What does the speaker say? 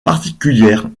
particulière